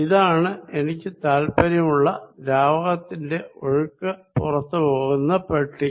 ഈ ബോക്സിൽ കൂടിയാണ് ദ്രാവകം പുറത്തു പോകുന്നത് എന്ന് കാണാം